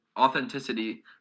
authenticity